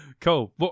Cool